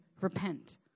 repent